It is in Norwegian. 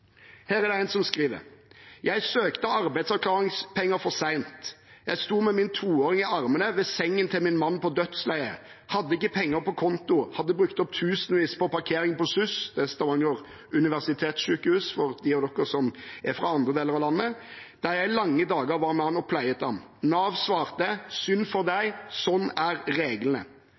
Her er det en som skriver: Jeg søkte arbeidsavklaringspenger for seint. Jeg sto med min toåring i armene ved sengen til min mann på dødsleiet. Jeg hadde ikke penger på konto, hadde brukt opp tusenvis på parkering på SUS, Stavanger Universitetssykehus, der jeg lange dager var med ham og pleiet ham. Nav svarte: Synd for deg, sånn er reglene.